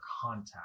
contact